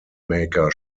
maker